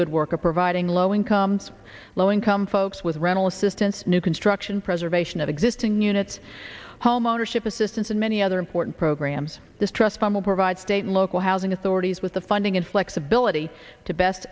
good work of providing low incomes low income folks with rental assistance new construction preservation of existing units homeownership assistance and many other important programs this trust from will provide state local housing authorities with the funding and flexibility to best